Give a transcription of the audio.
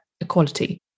equality